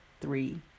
three